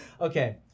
Okay